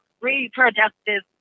reproductive